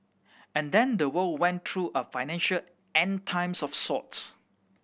and then the world went through a financial End Times of sorts